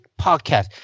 podcast